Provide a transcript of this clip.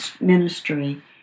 ministry